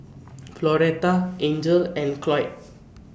Floretta Angel and Cloyd